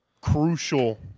crucial